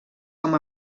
com